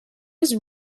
his